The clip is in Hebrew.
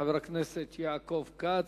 חבר הכנסת יעקב כץ,